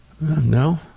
No